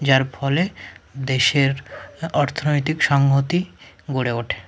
যার ফলে দেশের অর্থনৈতিক সংহতি গড়ে ওঠে